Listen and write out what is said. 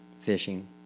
fishing